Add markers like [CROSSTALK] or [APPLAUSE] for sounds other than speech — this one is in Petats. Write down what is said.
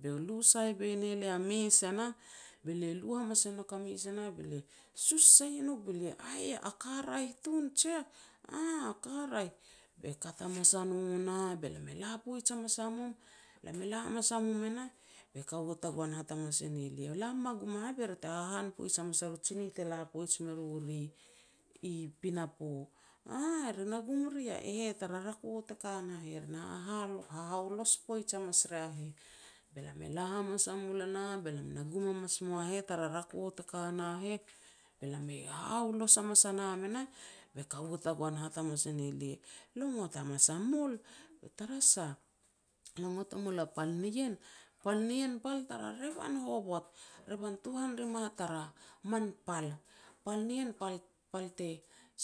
Be iau lu sai boi ne lia mes e nah, be lia lu hamas e nouk a mes e nah be lia sus sai nouk, be lia, "Aih, a ka raeh tun jiah." "Aah, aka raeh." Be kat hamas a no nah be lam e la poij hamas a mum. Lam e la hamas a mum e nah be kaua tagoan e hat hamas e ne lia, "Lam me gum a hah, be ri te hahan poij hamas e ru tsinih te la poij me ru ri i pinapo", "Aah, ri na gum ri iah", "E heh tara rako te ka na heh, ri na [HESITATION] hahaolos poij hamas rea heh." Be lam e la hamas a mul e nah be lam na gum hamas mua heh tara rako te ka na heh, be lam hahaolos hamas a nam e nah, be kaua tagoan e hat hamas e ne lia, "Lo ngot hamas a mul", "Tara sah", [NOISE] "Le ngot e mul a pal nien? Pal nien pal tara revan hovot. Revan tuhan ri ma tara min pal. Pal nien pal-pal te